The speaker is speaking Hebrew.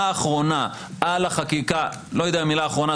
האחרונה על החקיקה לא יודע "מילה אחרונה",